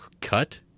cut